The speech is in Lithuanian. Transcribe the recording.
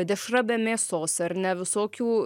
dešra be mėsos ar ne visokių